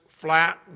flat